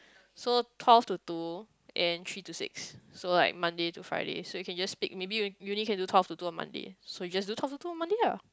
so twelve to two and three to six so like Monday to Friday so you can just pick maybe you only can do twelve to two on Monday so you just do twelve to two on Monday lah